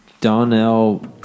Donnell